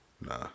Nah